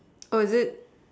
oh is it